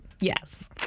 Yes